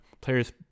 players